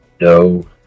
No